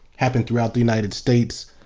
happened throughout the united states.